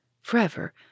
Forever